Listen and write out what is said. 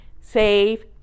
save